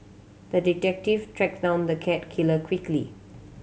the detective tracked down the cat killer quickly